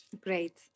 Great